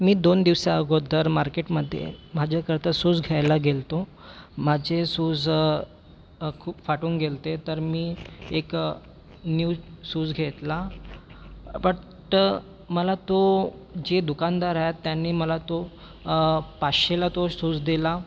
मी दोन दिवसाअगोदर मार्केटमध्ये माझ्याकरता सूज घ्यायला गेलो होतो माझे सूज खूप फाटून गेले होते तर मी एक न्यू सूज घेतला बट्ट मला तो जे दुकानदार आहेत त्यांनी मला तो पाचशेला तो सूज दिला